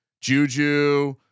Juju